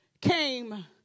came